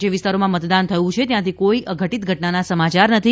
જે વિસ્તારોમાં મતદાન થયું છે ત્યાંથી કોઇ અઘટિત ઘટનાના સમાચાર નથી